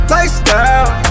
Lifestyle